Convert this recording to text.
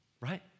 right